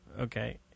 Okay